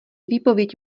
výpověď